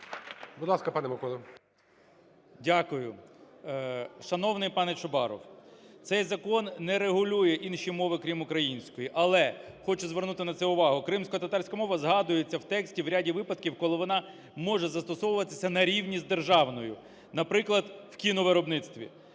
КНЯЖИЦЬКИЙ М.Л. Дякую. Шановний пане Чубаров, цей закон не регулює інші мови, крім української. Але, хочу звернути на це увагу, кримськотатарська мова згадується в тексті у ряді випадків, коли вона може застосовуватися на рівні з державною, наприклад, в кіновиробництві.